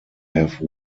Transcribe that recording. have